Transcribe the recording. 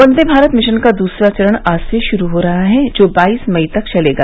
वंदे Bharat mission का दूसरा चरण आज से शुरू हो रहा है जो बाईस मई तक चलेगा